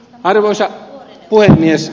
arvoisa puhemies